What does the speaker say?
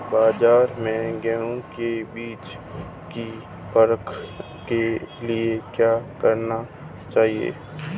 बाज़ार में गेहूँ के बीज की परख के लिए क्या करना चाहिए?